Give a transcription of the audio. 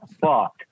fuck